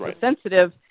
sensitive